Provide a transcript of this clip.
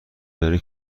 داره